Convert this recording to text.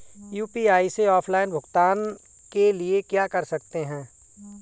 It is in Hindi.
यू.पी.आई से ऑफलाइन भुगतान के लिए क्या कर सकते हैं?